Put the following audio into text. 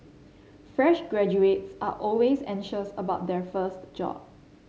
fresh graduates are always anxious about their first job